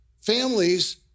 Families